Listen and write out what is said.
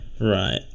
Right